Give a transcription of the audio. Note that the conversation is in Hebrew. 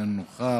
איננו נוכח,